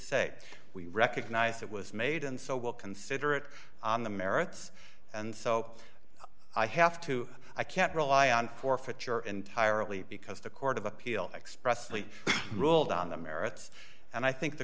say we recognize it was made and so we'll consider it on the merits and so i have to i can't rely on forfeiture entirely because the court of appeal expressly ruled on the merits and i think the